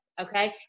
Okay